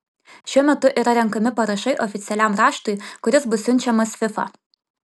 šiuo metu yra renkami parašai oficialiam raštui kuris bus siunčiamas fifa